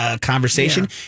Conversation